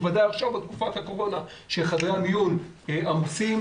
בוודאי עכשיו בתקופת הקורונה כשחדרי המיון עמוסים.